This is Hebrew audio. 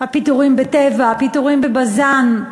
הפיטורים ב"טבע", הפיטורים ב"בזן",